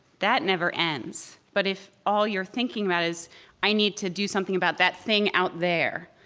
that never ends. but if all you're thinking about is i need to do something about that thing out there,